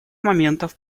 моментов